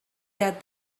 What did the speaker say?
that